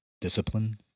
Discipline